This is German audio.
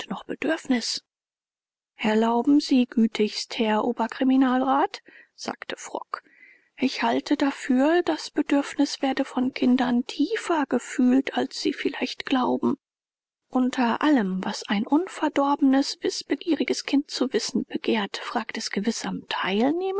noch bedürfnis erlauben sie gütigst herr oberkriminalrat sagte frock ich halte dafür das bedürfnis werde von kindern tiefer gefühlt als sie vielleicht glauben unter allem was ein unverdorbenes wißbegieriges kind zu wissen begehrt fragt es gewiß am